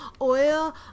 oil